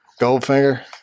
Goldfinger